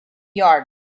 yards